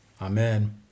Amen